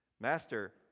master